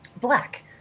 black